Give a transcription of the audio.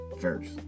first